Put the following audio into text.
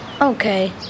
okay